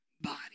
body